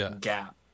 gap